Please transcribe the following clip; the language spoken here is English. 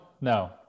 no